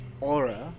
aura